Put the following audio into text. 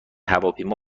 هواپیما